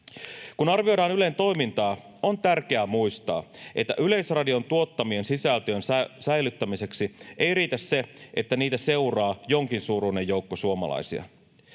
Kun arvioidaan Ylen toimintaa, on tärkeää muistaa, että Yleisradion tuottamien sisältöjen säilyttämiseksi ei riitä se, että niitä seuraa jonkin suuruinen joukko suomalaisia.